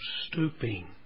stooping